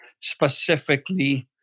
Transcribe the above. specifically